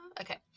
Okay